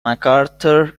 mcarthur